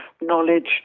knowledge